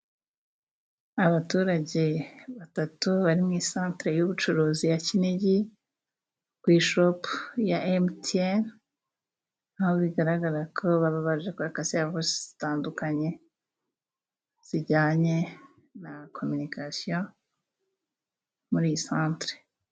Abaturage batatu bari mu isantere y'ubucuruzi ya Kinigi ku ishopu ya emutiyeni, aho bigaragara ko baba baje kwaka serivisi zitandukanye zijyanye na kominikasiyo muri iyi santere.